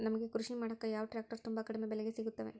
ನಮಗೆ ಕೃಷಿ ಮಾಡಾಕ ಯಾವ ಟ್ರ್ಯಾಕ್ಟರ್ ತುಂಬಾ ಕಡಿಮೆ ಬೆಲೆಗೆ ಸಿಗುತ್ತವೆ?